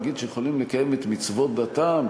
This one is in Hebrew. להגיד שיכולים לקיים את מצוות דתם,